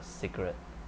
secret